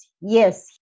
Yes